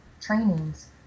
trainings